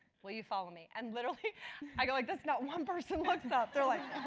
will you follow me? and literally i go like this, not one person looks up, they're like.